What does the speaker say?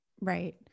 Right